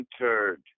entered